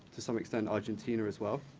to some extent, argentina as well.